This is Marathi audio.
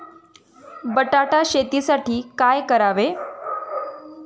बटाटा शेतीसाठी काय करावे?